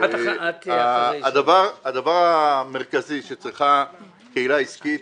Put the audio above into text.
הדבר המרכזי שצריכה קהילה עסקית,